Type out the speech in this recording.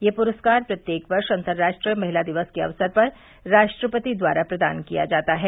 यह पुरस्कार प्रत्येक वर्ष अंतरराष्ट्रीय महिला दिवस के अक्सर पर राष्ट्रपति द्वारा प्रदान किया जाता है